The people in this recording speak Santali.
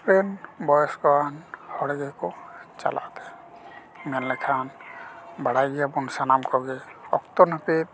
ᱨᱮᱱ ᱵᱚᱭᱮᱥᱠᱚᱣᱟᱱ ᱦᱚᱲ ᱜᱮᱠᱚ ᱪᱟᱞᱟᱜ ᱛᱮ ᱢᱮᱱᱞᱮᱠᱷᱟᱱ ᱵᱟᱲᱟᱭ ᱜᱮᱭᱟᱵᱚᱱ ᱥᱟᱱᱟᱢ ᱠᱚᱜᱮ ᱚᱠᱛᱚ ᱱᱟᱹᱯᱤᱛ